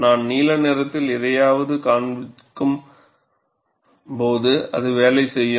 நான் நீல நிறத்தில் எதையாவது காண்பிக்கும் போது அது வேலை செய்யும்